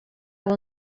will